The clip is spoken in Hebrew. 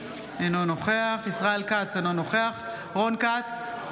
אינו נוכח ישראל כץ, אינו נוכח רון כץ,